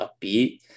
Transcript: upbeat